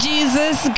Jesus